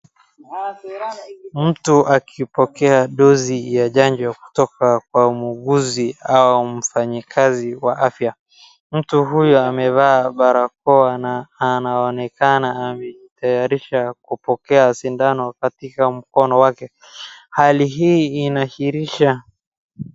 Mtu akipokea dozi ya chajo kutoka kwa muuguzi au mfanyikazi wa afya. Mtu huyo ambaye amevaa barakoa na anaonekana amejitayarisha kupokea sindano katika mkono wake hali hii inaashirisha.